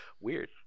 Weird